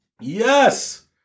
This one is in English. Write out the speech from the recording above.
Yes